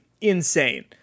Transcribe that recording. insane